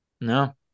no